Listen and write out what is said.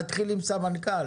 להתחיל עם סמנכ"ל.